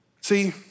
See